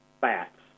fats